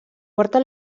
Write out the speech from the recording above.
porta